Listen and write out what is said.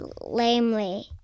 lamely